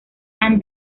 han